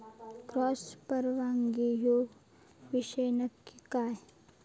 Cross परागी ह्यो विषय नक्की काय?